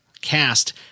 cast